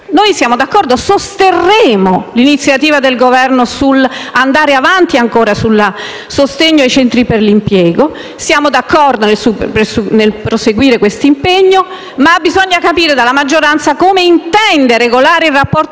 Siamo d'accordo e sosterremo l'iniziativa del Governo di andare ancora avanti nel sostegno ai centri per l'impiego, siamo d'accordo nel proseguire in questo impegno, ma bisogna capire dalla maggioranza come intende regolare il rapporto